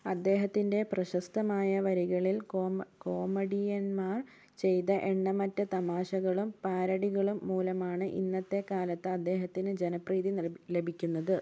അദ്ദേഹത്തിൻ്റെ പ്രശസ്തമായ വരികളിൽ കോമഡി കോമഡിയന്മാർ ചെയ്ത എണ്ണമറ്റ തമാശകളും പാരഡികളും മൂലമാണ് ഇന്നത്തെ കാലത്ത് അദ്ദേഹത്തിന് ജനപ്രീതി ലഭിക്കുന്നത്